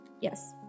yes